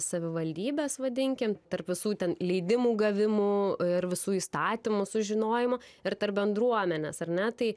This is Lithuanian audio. savivaldybės vadinkim tarp visų ten leidimų gavimų ir visų įstatymų sužinojimo ir tarp bendruomenės ar ne tai